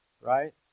right